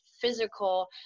physical